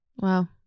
Wow